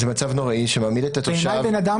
זה מצב נוראי שמעמיד את התושב --- בעיניי בן אדם